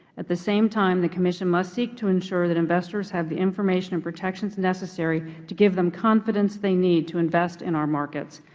at the same time the commission must seek to ensure that investors have the information and protections necessary to give them confidence they need to invest in our markets.